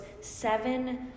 seven